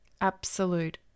Absolute